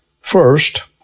First